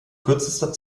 kürzester